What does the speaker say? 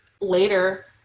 later